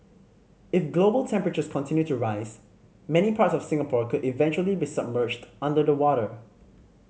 if global temperatures continue to rise many parts of Singapore could eventually be submerged under the water